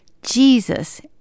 Jesus